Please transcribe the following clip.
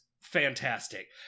fantastic